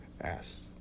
asked